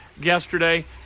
yesterday